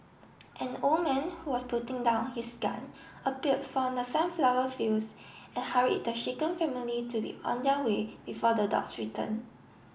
an old man who was putting down his gun appeared from the sunflower fields and hurried the shaken family to be on their way before the dogs return